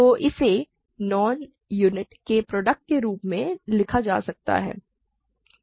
तो इसे non unit के प्रोडक्ट के रूप में लिखा जा सकता है